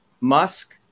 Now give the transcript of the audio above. Musk